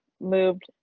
moved